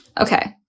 Okay